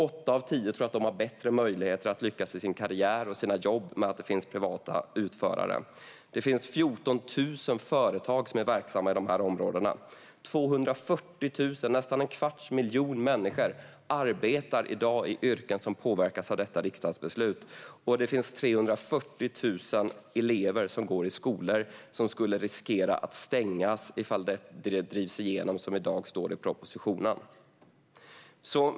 Åtta av tio tror att de har bättre möjligheter att lyckas i sin karriär och i sina jobb om det finns privata utförare. Det finns 14 000 företag som är verksamma i de här områdena. 240 000, nästan en kvarts miljon, människor arbetar i dag i yrken som påverkas av detta riksdagsbeslut. Och det finns 340 000 elever som går i skolor som riskerar att stängas ifall det som i dag står i propositionen drivs igenom.